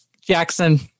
Jackson